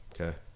Okay